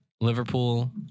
Liverpool